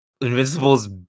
Invincible's